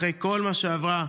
אחרי כל מה שעברה,